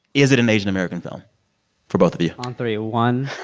is it an asian-american film for both of you? on three one,